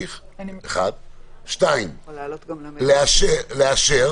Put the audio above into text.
2. לאשר